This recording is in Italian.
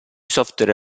software